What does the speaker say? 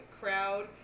crowd